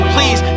Please